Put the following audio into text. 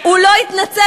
את שקרנית